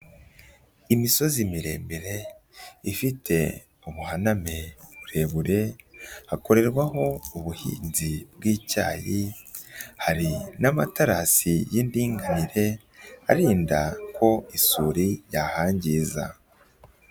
Imisozi miremire, ifite ubuhaname burebure, hakorerwaho ubuhinzi bw'icyayi, hari n'amaterasi y'indinganire, arinda ko isuri yahangiza.